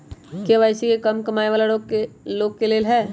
KYC का कम कमाये वाला लोग के लेल है?